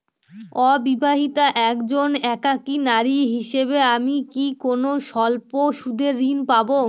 অবিবাহিতা একজন একাকী নারী হিসেবে আমি কি কোনো স্বল্প সুদের ঋণ পাব?